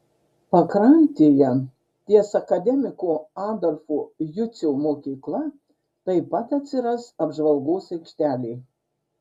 pakrantėje ties akademiko adolfo jucio mokykla taip pat atsiras apžvalgos aikštelė